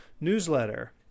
newsletter